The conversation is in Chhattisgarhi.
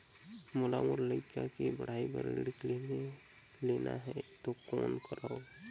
मोला मोर लइका के पढ़ाई बर ऋण लेना है तो कौन करव?